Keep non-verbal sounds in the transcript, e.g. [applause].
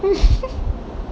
[laughs]